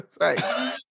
Right